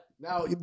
Now